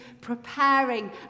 preparing